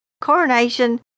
coronation